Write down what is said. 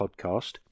podcast